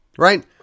Right